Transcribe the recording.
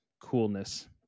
coolness